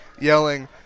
yelling